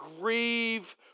grieve